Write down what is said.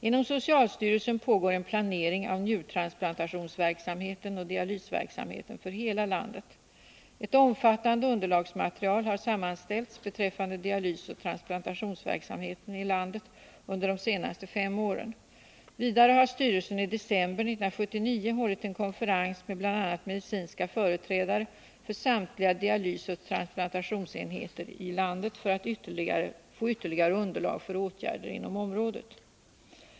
Inom socialstyrelsen pågår en planering av njurtransplantationsverksamheten och dialysverksamheten för hela landet. Ett omfattande underlagsmaterial har sammanställts beträffande dialysoch transplantationsverksamheten i landet under de senaste fem åren. Vidare har styrelsen i december 1979 hållit en konferens med bl.a. medicinska företrädare för samtliga dialysoch transplantationsenheter i landet för att få ytterligare underlag för åtgärder inom området.